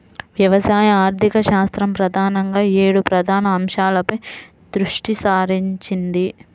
వ్యవసాయ ఆర్థికశాస్త్రం ప్రధానంగా ఏడు ప్రధాన అంశాలపై దృష్టి సారించింది